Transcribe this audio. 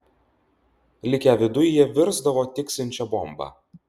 likę viduj jie virsdavo tiksinčia bomba